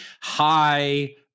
high